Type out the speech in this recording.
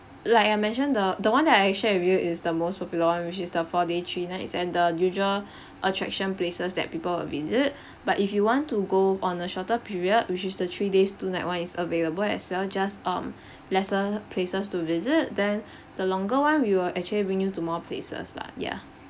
like I mentioned the the one that I share with you is the most popular [one] which is the four day three nights and the usual attraction places that people will visit but if you want to go on a shorter period which is the three days two night [one] is available as well just um lesser places to visit then the longer [one] we will actually bring you to more places lah ya